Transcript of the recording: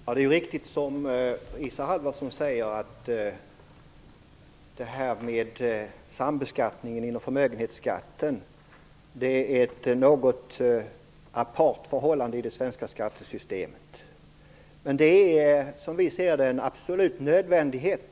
Fru talman! Det är riktigt som Isa Halvarsson säger, att sambeskattningen inom förmögenhetsskatten är ett något apart förhållande i det svenska skattesystemet. Men som vi ser det är det en absolut nödvändighet,